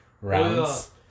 rounds